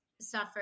Suffer